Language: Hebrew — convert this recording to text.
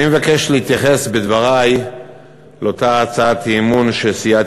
אני מבקש להתייחס בדברי לאותה הצעת אי-אמון שסיעת